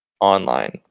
online